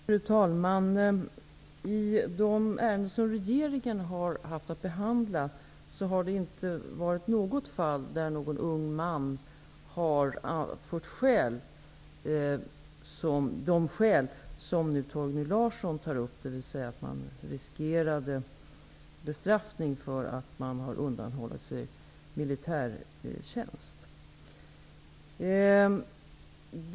Fru talman! Bland de ärenden som regeringen har haft att behandla har det inte i något fall förekommit att en ung man har anfört de skäl som Torgny Larsson nu tar upp, dvs. att han riskerar bestraffning därför att han har undanhållit sig från militärtjänst.